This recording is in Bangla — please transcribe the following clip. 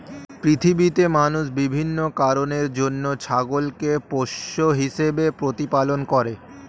পৃথিবীতে মানুষ বিভিন্ন কারণের জন্য ছাগলকে পোষ্য হিসেবে প্রতিপালন করে